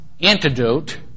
antidote